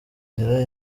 inzira